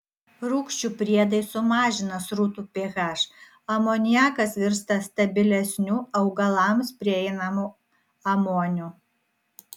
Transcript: rūgščių priedai sumažina srutų ph amoniakas virsta stabilesniu augalams prieinamu amoniu